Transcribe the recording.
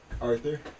Arthur